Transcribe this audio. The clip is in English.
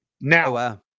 Now